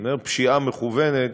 אני אומר פשיעה מכוונת,